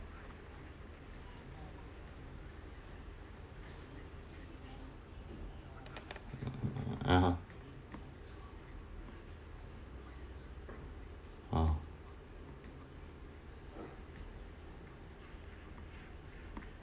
(uh huh) oh